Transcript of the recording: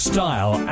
Style